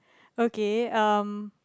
okay um